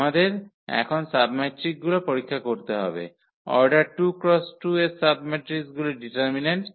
আমাদের এখন সাবমেট্রিকগুলি পরীক্ষা করতে হবে অর্ডার 2 × 2 এর সাবম্যাট্রিকগুলির ডিটারমিন্যান্ট